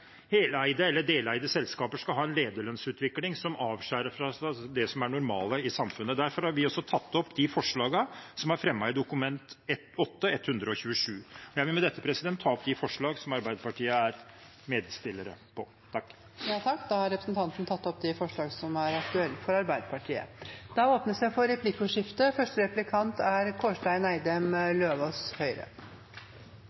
heleide eller deleide selskaper skal ha en lederlønnsutvikling som skiller seg ut fra det som er det normale i samfunnet. Derfor stiller vi oss bak de forslagene som er fremmet i Dok. 8:127 S. Med dette vil jeg ta opp de forslagene som Arbeiderpartiet er medforslagsstiller til. Da har representanten Terje Aasland tatt opp de forslagene som Arbeiderpartiet står bak. Det blir replikkordskifte. Jeg har lyst til å fortsette der representanten Aasland og jeg slapp i sted, for